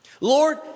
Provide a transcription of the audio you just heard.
Lord